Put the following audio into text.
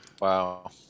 Wow